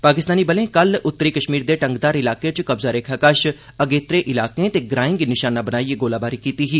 पाकिस्तानी बलें कल उत्तरी कश्मीर दे टंगदार इलाकें च कब्जा रेखा कश अगेत्रे ईलाकें ते ग्रांए गी निशाना बनाईथै गोलाबारी कीती ही